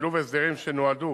בשילוב הסדרים שנועדו